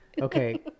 okay